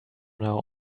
now